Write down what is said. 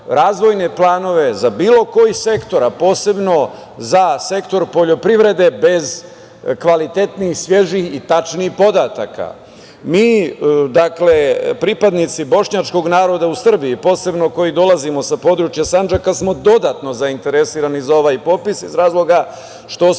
razvojne planove za bilo koji sektor, a posebno za sektor poljoprivrede bez kvalitetnih, svežih i tačnih podataka. Mi, pripadnici Bošnjačkog naroda u Srbiji, posebno koji dolazimo sa područja Sandžaka smo dodatno zainteresovani za ovaj popis iz razloga što smo